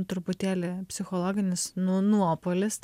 truputėlį psichologinis nu nuopuolis